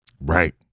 Right